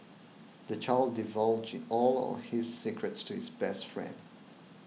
the child divulged all his secrets to his best friend